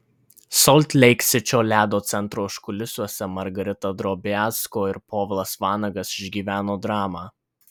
solt leik sičio ledo centro užkulisiuose margarita drobiazko ir povilas vanagas išgyveno dramą